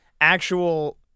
actual